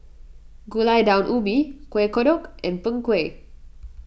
Gulai Daun Ubi Kuih Kodok and Png Kueh